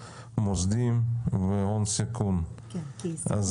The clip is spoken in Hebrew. "מוסדיים" ו"הון סיכון" לא הולכים ביחד.